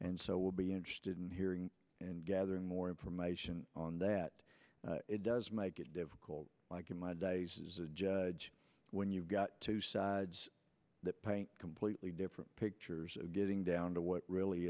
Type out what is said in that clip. and so will be interested in hearing and gathering more information on that it does make it difficult like in my days as a judge when you've got two sides that paint completely different pictures of getting down to what really